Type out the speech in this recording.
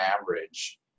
average